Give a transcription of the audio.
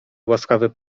łaskawy